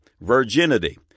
virginity